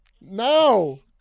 No